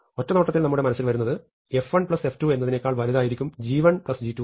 ഒറ്റനോട്ടത്തിൽ നമ്മുടെ മനസ്സിൽ വരുന്നത് f1 f2 എന്നതിനെക്കാൾ വലുതായിരിക്കും g1 g2